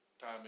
time